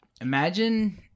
Imagine